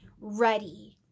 ready